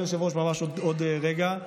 אדוני היושב-ראש, ממש עוד רגע.